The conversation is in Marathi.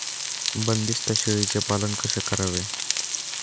बंदिस्त शेळीचे पालन कसे करावे?